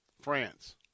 France